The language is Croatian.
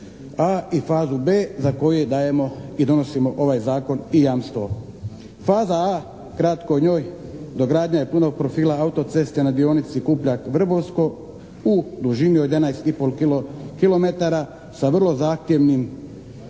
A i fazu B za koje dajemo i donosimo ovaj Zakon i jamstvo. Faza A, kratko o njoj. Dogradnja je punog profila autoceste na dionici Kupljak-Vrbovsko u dužini od 11 i pol kilometara sa vrlo zahtjevnim